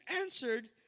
answered